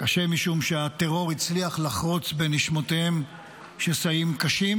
קשה משום שהטרור הצליח לחרוץ בנשמותיהם שסעים קשים,